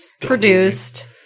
produced